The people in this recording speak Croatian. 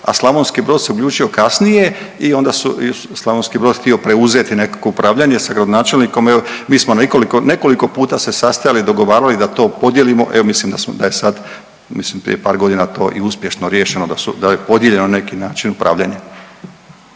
a Slavonski Brod se uključio kasnije i onda su, Slavonski Brod je htio preuzeti nekako upravljanje sa gradonačelnikom jel, mi smo nekoliko, nekoliko puta se sastajali, dogovarali da to podijelimo, evo mislim da smo, da je sad, mislim prije par godina to i uspješno riješeno, da je podijeljeno na neki način upravljanje.